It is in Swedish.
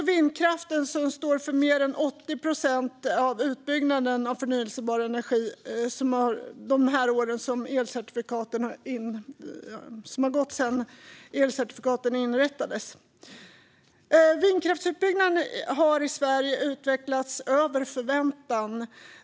Vindkraften står också för mer än 80 procent av den utbyggnad av förnybar energi som har skett under åren som gått sedan elcertifikaten inrättades. Vindkraftsutbyggnaden har i Sverige utvecklats över förväntan.